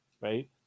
right